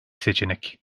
seçenek